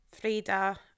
frida